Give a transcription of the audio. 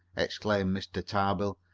exclaimed mr. tarbill.